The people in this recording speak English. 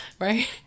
right